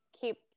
keep